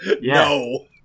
No